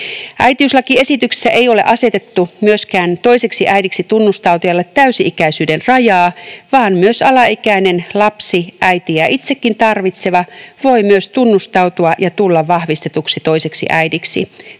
Äitiyslakiesityksessä ei myöskään ole asetettu toiseksi äidiksi tunnustautujalle täysi-ikäisyyden rajaa, vaan myös alaikäinen lapsi, äitiä itsekin tarvitseva, voi tunnustautua ja tulla vahvistetuksi toiseksi äidiksi.